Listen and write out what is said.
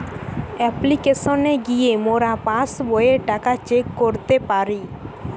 অপ্লিকেশনে গিয়ে মোরা পাস্ বইয়ের টাকা চেক করতে পারি